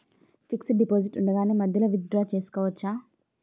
Fixed deposit ఉండగానే మధ్యలో withdraw చేసుకోవచ్చా?